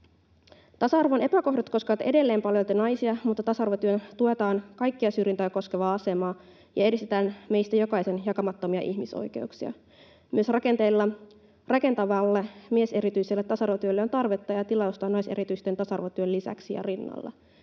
Tasa-arvon epäkohdat koskevat edelleen paljolti naisia, mutta tasa-arvotyöllä tuetaan kaikkia syrjintää kokevien asemaa ja edistetään meistä jokaisen jakamattomia ihmisoikeuksia. Myös rakentavalle mieserityiselle tasa-arvotyölle on tarvetta ja tilausta naiserityisen tasa-arvotyön lisäksi ja rinnalla.